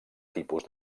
tipus